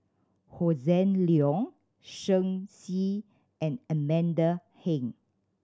Hossan Leong Shen Xi and Amanda Heng